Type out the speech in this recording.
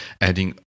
adding